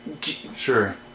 sure